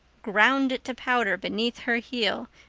ground it to powder beneath her heel,